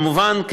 כמובן,